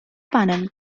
panem